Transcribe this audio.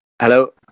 Hello